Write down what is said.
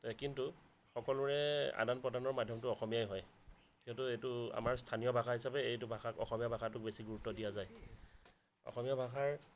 কিন্তু সকলোৰে আদান প্ৰদানৰ মাধ্যমটো অসমীয়াই হয় কিন্তু এইটো আমাৰ স্থানীয় ভাষা হিচাপে এইটো ভাষাক অসমীয়া ভাষাটোক বেছি গুৰুত্ব দিয়া যায় অসমীয়া ভাষাৰ